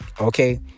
Okay